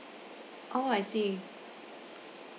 oh I see